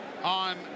on